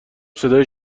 صدایی